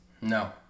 No